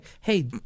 hey